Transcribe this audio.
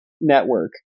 network